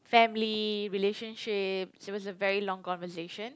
family relationship so it was a very long conversation